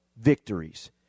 victories